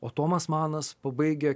o tomas manas pabaigia